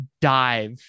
dive